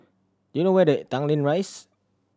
do you know where the Tanglin Rise